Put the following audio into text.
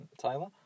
Taylor